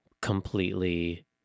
completely